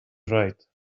wright